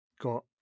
got